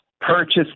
purchase